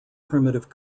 primitive